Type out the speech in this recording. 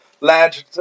lad